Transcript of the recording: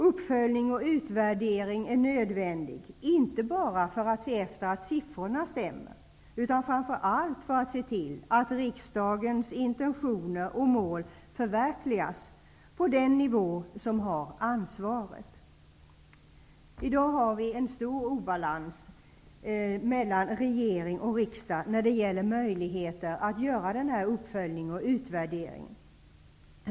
Uppföljning och utvärdering är nödvändig, inte bara för att man skall se att siffrorna stämmer, utan framför allt för att riksdagens intentioner och mål skall förverkligas på den nivå som har ansvaret. I dag har vi en stor obalans mellan regering och riksdag när det gäller möjligheter att göra denna uppföljning och utvärdering.